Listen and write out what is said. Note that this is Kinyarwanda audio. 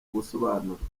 gusobanurwa